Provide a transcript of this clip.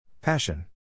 Passion